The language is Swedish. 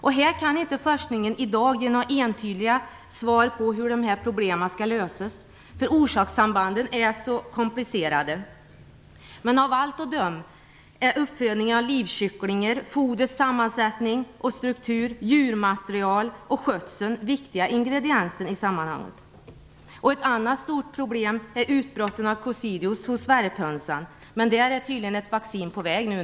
Forskningen kan i dag inte ge några entydiga svar på hur problemen skall lösas. Orsakssambanden är mycket komplicerade. Av allt att döma är uppfödningen av livkycklingar, fodrets sammansättning och struktur, djurmaterialet och skötseln viktiga ingredienser i sammanhanget. Ett annat stort problem är utbrotten av koccidios hos värphönsen, men där är tydligen ett vaccin på väg.